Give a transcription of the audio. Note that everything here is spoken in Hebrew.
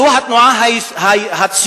זאת התנועה הציונית,